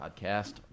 podcast